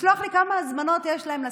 לשלוח לי כמה הזמנות יש להן לסילבסטר.